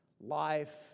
life